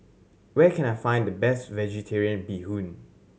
where can I find the best Vegetarian Bee Hoon